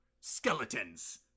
Skeletons